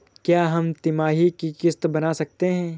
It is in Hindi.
क्या हम तिमाही की किस्त बना सकते हैं?